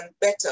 better